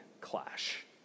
clash